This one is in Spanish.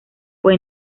fue